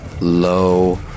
low